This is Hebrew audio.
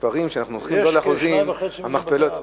יש כ-2.5 מיליון בתי-אב.